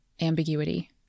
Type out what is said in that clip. ambiguity